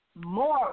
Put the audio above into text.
more